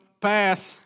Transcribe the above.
Pass